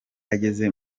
ageze